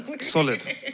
solid